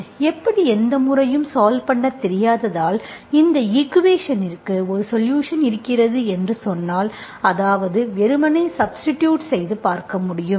எப்படி எந்த முறையும் சால்வ் பண்ண தெரியாததால் இந்த ஈக்குவேஷன்ஸ்ற்கு ஒரு சொலுஷன் இருக்கிறது என்று சொன்னால் அதாவது வெறுமனே சப்ஸ்டிடூட் செய்து பார்க்க முடியும்